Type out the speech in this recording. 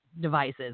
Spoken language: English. devices